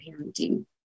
parenting